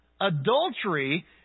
Adultery